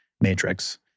matrix